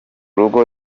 rugo